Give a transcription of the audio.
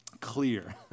clear